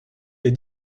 des